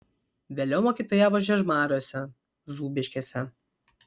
vėliau mokytojavo žiežmariuose zūbiškėse